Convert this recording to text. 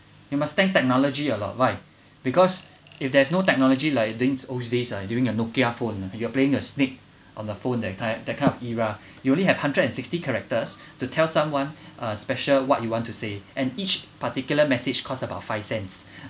we must thank technology a lot why because if there's no technology like during old days ah during a NOKIA phone you are playing a snake on the phone that time that kind of era you only have hundred and sixty characters to tell someone uh special what you want to say and each particular message cost about five cents